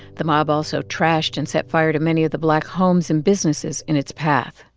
the mob also trashed and set fire to many of the black homes and businesses in its path.